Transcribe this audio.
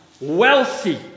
wealthy